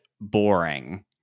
boring